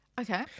okay